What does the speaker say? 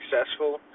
successful